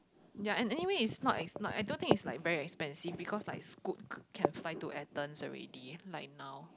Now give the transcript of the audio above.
ya and anyway it's not ex I don't think it's like very expensive because like Scoot can fly to Athens already like now